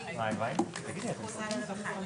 תמשיכי לפעול